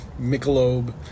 Michelob